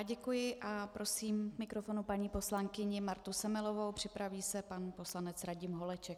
Děkuji a prosím k mikrofonu paní poslankyni Martu Semelovou, připraví se pan poslanec Radim Holeček.